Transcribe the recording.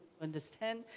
understand